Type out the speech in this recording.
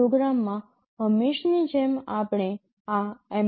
પ્રોગ્રામમાં હંમેશની જેમ આપણે આ mbed